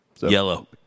Yellow